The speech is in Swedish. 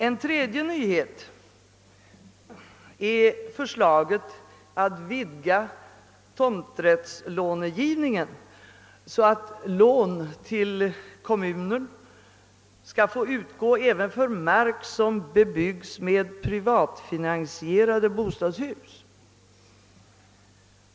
En tredje nyhet är förslaget att vidga tomträttslångivningen så att lån till kommuner kan utgå även för mark som bebygges med privatfinansierade bostadshus.